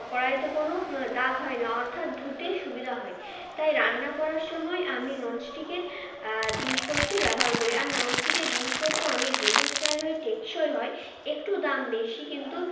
কড়াইতে কোনো দাগ হয় না অর্থাৎ ধুতে সুবিধা হয় তাই রান্না করার সময় আমি ননস্টিকের জিনিসপত্রই ব্যবহার করি আর ননস্টিকের জিনিসপত্র অনেক দীর্ঘস্থায়ী হয় টেকসই হয় একটু দাম বেশি কিন্তু